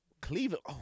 Cleveland